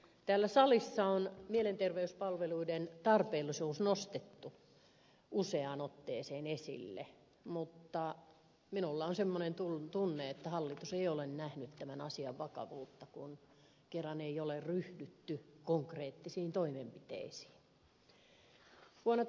täällä salissa on mielenterveyspalveluiden tarpeellisuus nostettu useaan otteeseen esille mutta minulla on semmoinen tunne että hallitus ei ole nähnyt tämän asian vakavuutta kun kerran ei ole ryhdytty konkreettisiin toimenpiteisiin